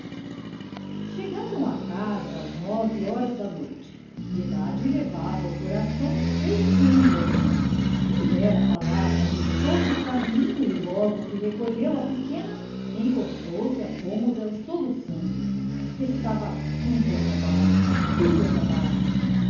chegaram a casa às nove horas da noite piedade levava o coração feito em lama não dera palavra por todo o caminho e logo que recolheu a pequena encostou-se à cômoda soluçando estava tudo acabado tudo acabado